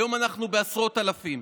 היום אנחנו בעשרות אלפים,